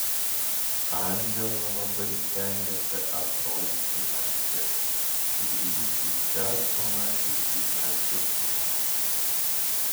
andžela labai stengiasi atrodyti narsi grįšiu į džeksoną ir gyvensiu su mama